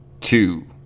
two